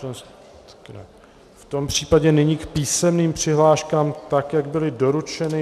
V tom případě nyní k písemným přihláškám, tak jak byly doručeny.